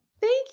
Thank